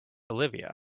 olivia